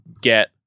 get